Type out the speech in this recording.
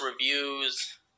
reviews